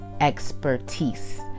expertise